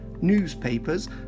Newspapers